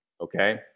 okay